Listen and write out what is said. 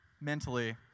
mentally